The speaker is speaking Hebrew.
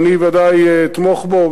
ואני בוודאי אתמוך בו,